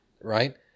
right